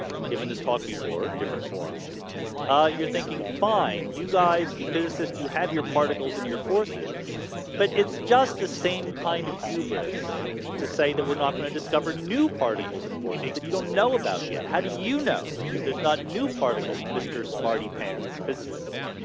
i've given this talk before different forms you're thinking fine you guys you physicists you have your particles and your forces but it's just the same kind of hubris to say that we're not going to discover new particles and forces that you don't know about yet. how do you know that there's not new particles mr? smartypants physicist,